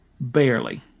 barely